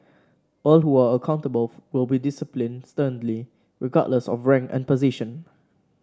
all who are accountable will be disciplined sternly regardless of rank and position